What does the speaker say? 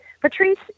Patrice